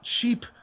cheap